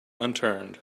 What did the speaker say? unturned